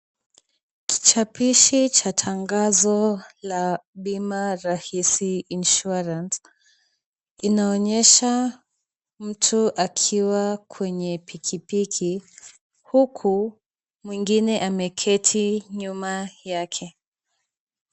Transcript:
Kichapishi cha tangazo la Bima Rahisi Insurance. Inaonyesha mtu akiwa kwenye pikipiki huku mwingine ameketi nyuma yake.